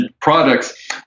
products